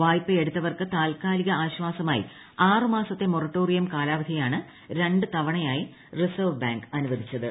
വായ്പയെടുത്തവർക്ക് താൽക്കാലിക ആശ്വാസമായി ആറ് മാസത്തെ മൊറട്ടോറിയം കാലാവധിയാണ് രണ്ട് തവണയായി റിസർവ്വ് ബാങ്ക് അനുവദിച്ചത്